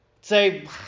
Say